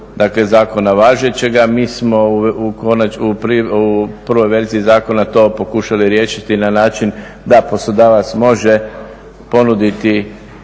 Zakona važećega. Mi smo u prvoj verziji Zakona to pokušali riješiti na način da poslodavac može ponuditi